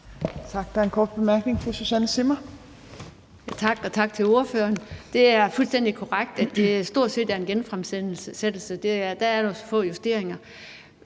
at det stort set er en genfremsættelse. Der er nogle få justeringer.